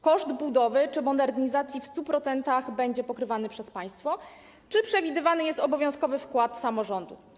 Koszt budowy czy modernizacji w 100% będzie pokrywany przez państwo czy przewidywany jest obowiązkowy wkład samorządów?